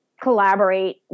collaborate